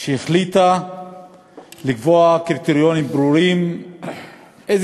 שהחליטה לקבוע קריטריונים ברורים איזה